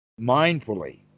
mindfully